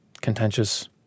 contentious